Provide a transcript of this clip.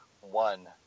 one